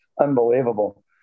Unbelievable